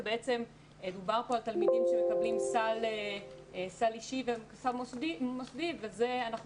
בעצם דובר כאן על תלמידים שמקבלים סל אישי וסל מוסדי ואנחנו